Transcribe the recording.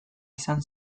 izan